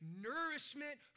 nourishment